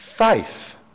Faith